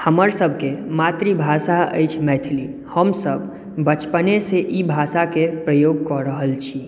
हमरसभके मातृभाषा अछि मैथिली हमसभ बचपनेसँ ई भाषाक प्रयोग कऽ रहल छी